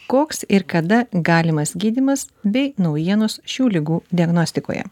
koks ir kada galimas gydymas bei naujienos šių ligų diagnostikoje